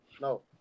No